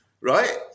right